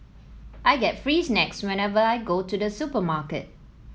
I get free snacks whenever I go to the supermarket